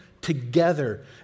together